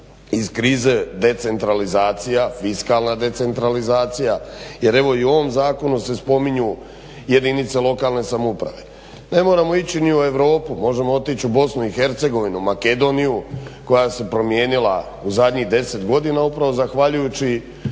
iz krize decentralizacija, fiskalna decentralizacija jer evo i u ovom zakonu se spominju jedinice lokalne samouprave. Ne moramo ići ni u Europu, možemo otići u BiH, Makedoniju koja se promijenila u zadnjih 10 godina upravo zahvaljujući